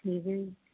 ਠੀਕ ਜੀ